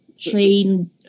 Train